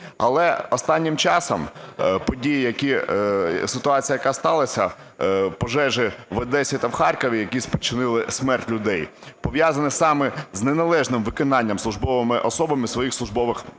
Але останнім часом події, які… Ситуація, яка сталася, – пожежі в Одесі та в Харкові, які спричинили смерть людей, пов'язані саме з неналежним виконанням службовими особами своїх службових обов'язків.